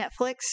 netflix